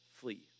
flee